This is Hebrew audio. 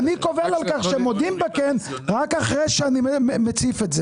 ואני קובל על כך שהם מודים בכן רק אחרי שאני מציף את זה.